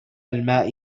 الماء